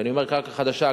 כשאני אומר "קרקע חדשה",